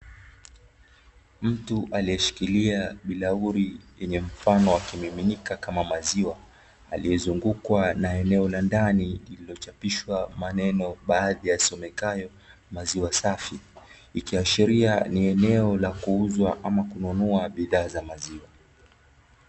Mtu aliyeshikilia bilauri yenye mfano wa kimiminika kama maziwa, aliyezungukwa na eneo la ndani lililochapishwa maneno baadhi yasomekayo "MAZIWA SAFI", ikiashiria ni eneo la kuuzwa ama kununua bidhaa za maziwa.